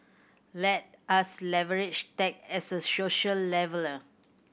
let us leverage tech as a social leveller